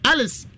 Alice